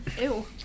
Ew